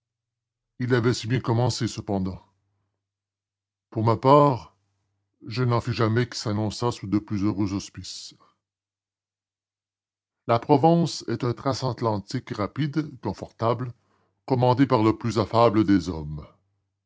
il avait si bien commencé cependant pour ma part je n'en fis jamais qui s'annonçât sous de plus heureux auspices la provence est un transatlantique rapide confortable commandé par le plus affable des hommes